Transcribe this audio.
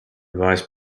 vice